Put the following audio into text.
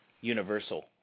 Universal